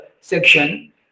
section